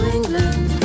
England